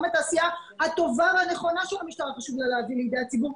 גם את העשייה הטובה והנכונה של המשטרה חשוב לה להביא לידי הציבור,